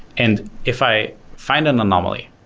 and if i find an anomaly,